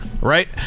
right